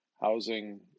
housing